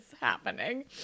happening